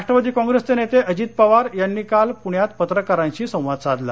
राष्ट्रवादी काँग्रेसचे नेते अजित पवार यांनी काल पृण्यात पत्रकारांशी संवाद साधला